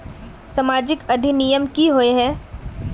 सामाजिक अधिनियम की होय है?